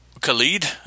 Khalid